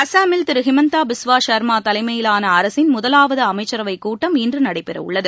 அஸ்ஸாமில் திரு ஹிமந்தா பிஸ்வா சர்மா தலைமயிலாள அரசின் முதலாவது அமைச்சரவைக் கூட்டம் இன்று நடைபெறவுள்ளது